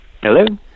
Hello